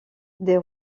des